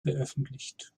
veröffentlicht